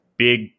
big